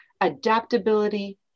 adaptability